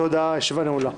תודה, הישיבה נעולה.